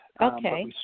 Okay